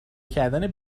کردن